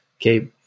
Okay